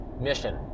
mission